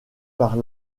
par